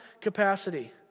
capacity